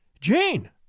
Jane